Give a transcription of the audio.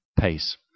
pace